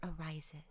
arises